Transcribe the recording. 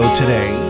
today